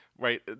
right